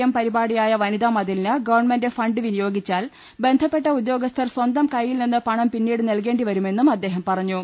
M പരിപാടിയായ വനിതാമതിലിന് government fund വിനിയോഗിച്ചാൽ ബന്ധപ്പെട്ട ഉദ്യോഗസ്ഥർ സ്വന്തം കയ്യിൽ നിന്ന് പണം പിന്നീട് നൽകേണ്ടിവ രുമെന്നും അദ്ദേഹം പറഞ്ഞു